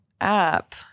app